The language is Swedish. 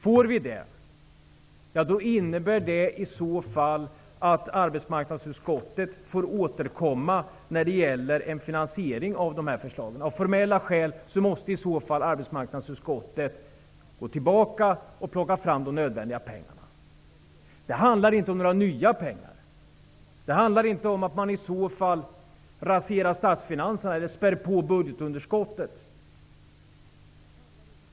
Om vi får det innebär det att arbetsmarknadsutskottet får återkomma när det gäller en finansiering av de här förslagen. Av formella skäl måste i så fall arbetsmarknadsutskottet gå tillbaka och plocka fram de nödvändiga pengarna. Det handlar inte om några nya pengar. Det handlar inte om att man i så fall raserar statsfinanserna och spär på budgetunderskottet.